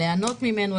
ליהנות ממנו,